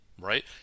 Right